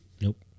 nope